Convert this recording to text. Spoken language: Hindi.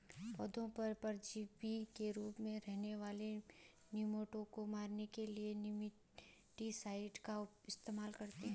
पौधों पर परजीवी के रूप में रहने वाले निमैटोड को मारने के लिए निमैटीसाइड का इस्तेमाल करते हैं